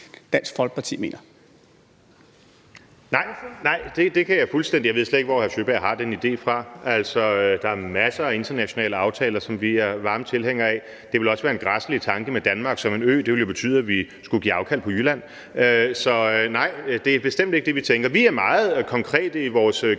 Messerschmidt (DF): Nej, det kan jeg fuldstændig afvise. Jeg ved slet ikke, hvor hr. Nils Sjøberg har den idé fra. Der er masser af internationale aftaler, som vi er varme tilhængere af. Det ville også være en græsselig tanke med Danmark som en ø. Det ville jo betyde, at vi skulle give afkald på Jylland. Så nej, det er bestemt ikke det, vi tænker. Vi er meget konkrete i vores kritik